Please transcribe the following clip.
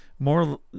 More